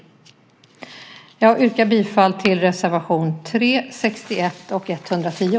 Jag yrkar bifall till reservationerna 3, 61 och 110.